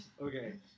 Okay